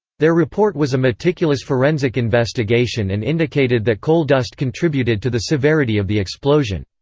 their report was a meticulous forensic investigation and indicated that coal dust contributed to the severity of the explosion.